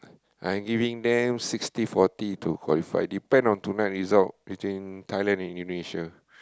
I'm giving them sixty forty to qualify depend on tonight result between Thailand and Indonesia